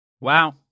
Wow